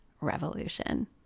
revolution